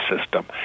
system